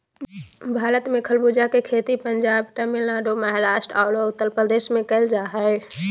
भारत में खरबूजा के खेती पंजाब, तमिलनाडु, महाराष्ट्र आरो उत्तरप्रदेश में कैल जा हई